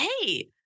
hey